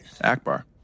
Akbar